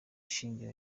shingiro